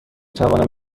توانم